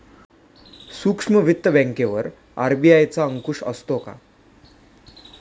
सूक्ष्म वित्त बँकेवर आर.बी.आय चा अंकुश असतो का?